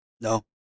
No